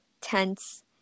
tense